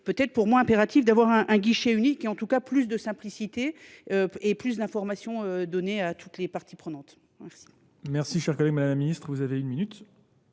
peut-être pour moi impératif d'avoir un guichet unique et en tout cas plus de simplicité et plus d'informations données à toutes les parties prenantes. Merci. Merci cher collègue Madame la Ministre, vous avez une minute.